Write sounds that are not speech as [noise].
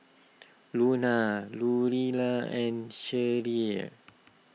Luna Orilla and Sherrie [noise]